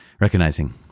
recognizing